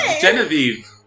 Genevieve